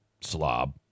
slob